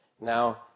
Now